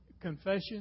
confession